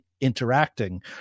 interacting